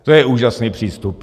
To je úžasný přístup.